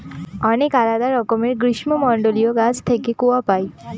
অনেক আলাদা রকমের গ্রীষ্মমন্ডলীয় গাছ থেকে কূয়া পাই